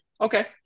okay